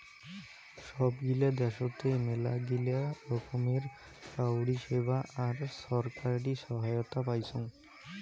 সব গিলা দ্যাশোতে মেলাগিলা রকমের কাউরী সেবা আর ছরকারি সহায়তা পাইচুং